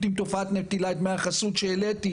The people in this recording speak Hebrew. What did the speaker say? עם תופעת נטילת דמי החסות שהעליתי.